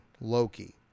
Loki